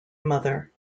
mother